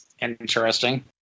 Interesting